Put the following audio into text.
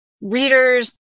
reader's